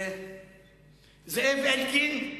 זאב אלקין.